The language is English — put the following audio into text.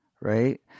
Right